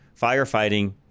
firefighting